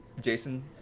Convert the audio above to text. Jason